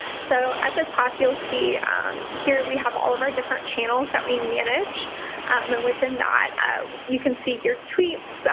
so, at the top you'll see here, we have all of our different channels that we manage and within that you can see your tweets,